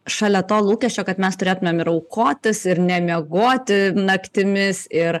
šalia to lūkesčio kad mes turėtumėm ir aukotis ir nemiegoti naktimis ir